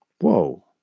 Whoa